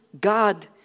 God